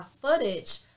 footage